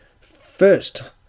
First